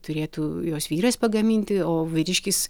turėtų jos vyras pagaminti o vyriškis